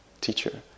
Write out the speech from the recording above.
teacher